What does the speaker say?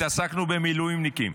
התעסקנו במילואימניקים,